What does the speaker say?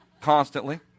constantly